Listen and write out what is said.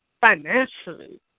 financially